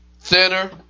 thinner